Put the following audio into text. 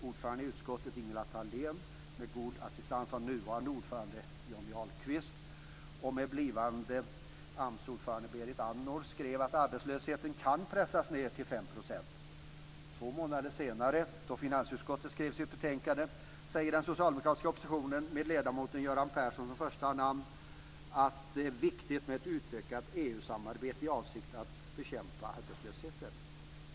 Ordföranden i utskottet, Ingela Thalén, med god assistans av nuvarande ordföranden ordföranden Berit Andnor, skrev att arbetslösheten kunde pressas ned till 5 %. Två månader senare då finansutskottet skrev sitt betänkande sade den socialdemokratiska oppositionen med ledamoten Göran Persson som första namn: "Det är viktigt med ett utökat EU-samarbete i avsikt att bekämpa arbetslösheten."